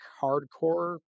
hardcore